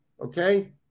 Okay